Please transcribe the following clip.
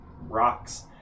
rocks